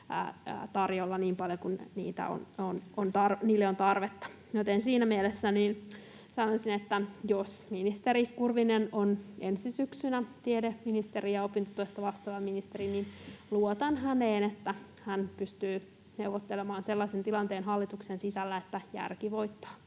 tarvetta. Joten siinä mielessä sanoisin, että jos ministeri Kurvinen on ensi syksynä tiedeministeri ja opintotuesta vastaava ministeri, että luotan häneen, että hän pystyy neuvottelemaan sellaisen tilanteen hallituksen sisällä, että järki voittaa.